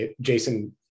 Jason